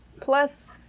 plus